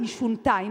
והיא שונתה.